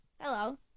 Hello